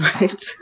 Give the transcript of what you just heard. Right